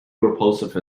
repulsive